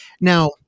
Now